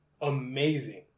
Amazing